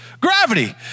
Gravity